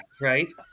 right